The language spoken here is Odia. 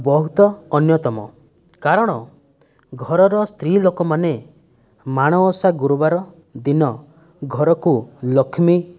ବହୁତ ଅନ୍ୟତମ କାରଣ ଘରର ସ୍ତ୍ରୀ ଲୋକମାନେ ମାଣବସା ଗୁରୁବାର ଦିନ ଘରକୁ ଲକ୍ଷ୍ମୀ